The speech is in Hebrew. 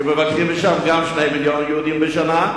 כי גם שם מבקרים 2 מיליוני יהודים בשנה.